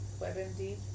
WebMD